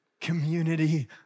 community